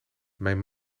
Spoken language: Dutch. mijn